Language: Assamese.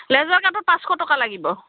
লেজাৰ কাটত পাঁচশ টকা লাগিব